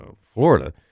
Florida